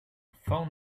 phone